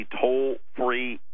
toll-free